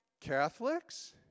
Catholics